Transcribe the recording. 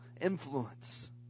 Influence